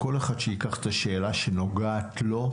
כל אחד שייקח את השאלה שנוגעת לו,